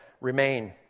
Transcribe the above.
Remain